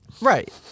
Right